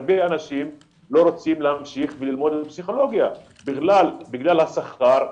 הרבה אנשים לא רוצים להמשיך ללמוד פסיכולוגיה בגלל השכר.